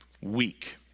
weak